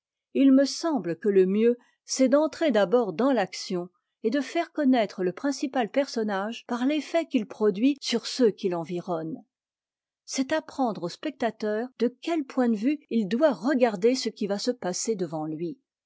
il me sembte que le mieux c'est d'entrer d'abord dans l'action et de faire connaître le principal personnage par l'effet qu'il produit sur ceux qui l'environnent c'est apprendre au spectateur de quel point de vue il doit regarder ce qui va se passer devant lui